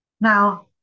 Now